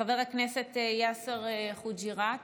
חבר הכנסת יאסר חוג'יראת,